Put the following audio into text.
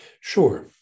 Sure